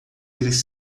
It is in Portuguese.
eles